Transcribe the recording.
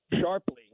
sharply